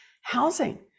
housing